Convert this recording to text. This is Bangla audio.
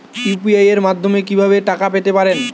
ইউ.পি.আই মাধ্যমে কি ভাবে টাকা পেতে পারেন?